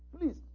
Please